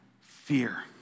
fear